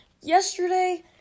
Yesterday